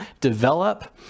develop